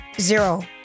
Zero